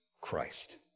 Christ